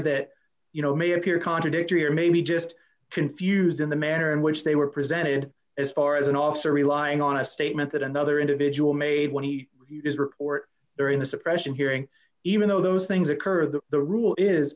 that you know may appear contradictory or maybe just confused in the manner in which they were presented as far as an officer relying on a statement that another individual made when he is report during the suppression hearing even though those things occur that the rule is